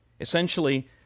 Essentially